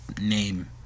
name